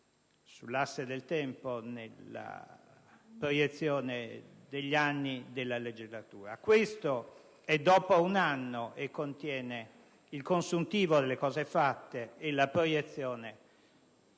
sull'asse del tempo nella proiezione degli anni della legislatura. Questo in esame interviene dopo un anno e contiene il consuntivo delle cose fatte e la proiezione